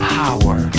power